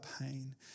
pain